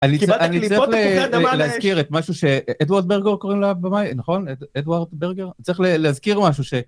אני צריך להזכיר את משהו שאדוארד ברגר קוראים לו אבא מיי, נכון? אדוארד ברגר? צריך להזכיר משהו ש...